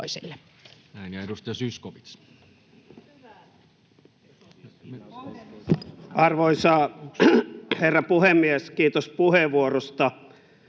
Näin. — Ja edustaja Zyskowicz. Arvoisa herra puhemies! Kiitos puheenvuorosta.